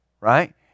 Right